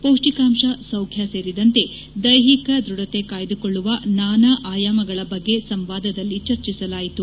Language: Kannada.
ಪೌಷ್ಸಿಕಾಂಶ ಸೌಖ್ಯ ಸೇರಿದಂತೆ ದೈಹಿಕ ದೃಢತೆ ಕಾಯ್ದುಕೊಳ್ಳುವ ನಾನಾ ಆಯಾಮಗಳ ಬಗ್ಗೆ ಸಂವಾದದಲ್ಲಿ ಚರ್ಚಿಸಲಾಯಿತು